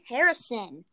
Harrison